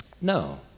No